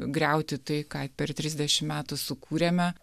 griauti tai ką per trisdešimt metų sukūrėme